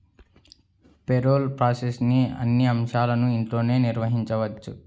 payroll ప్రాసెస్లోని అన్ని అంశాలను ఇంట్లోనే నిర్వహించవచ్చు